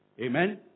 Amen